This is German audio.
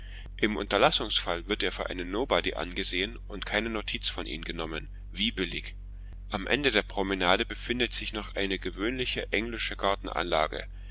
im unterlassungsfall wird er für einen nobody angesehen und keine notiz von ihm genommen wie billig am ende der promenade befindet sich noch eine gewöhnliche englische gartenanlage